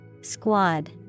Squad